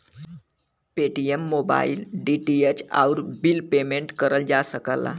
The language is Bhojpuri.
पेटीएम मोबाइल, डी.टी.एच, आउर बिल पेमेंट करल जा सकला